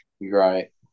Right